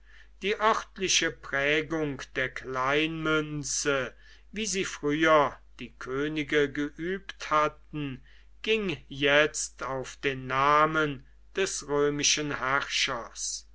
die örtliche prägung der kleinmünze wie sie früher die könige geübt hatten ging jetzt auf den namen des römischen herrschers